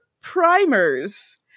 primers